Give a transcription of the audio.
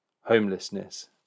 Homelessness